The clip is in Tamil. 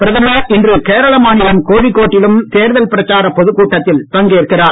பிரதமர் இன்று கேரள மாநிலம் கோழிக்கோட்டிலும் தேர்தல் பிரச்சாரப் பொதுக் கூட்டத்தில் பங்கேற்கிறார்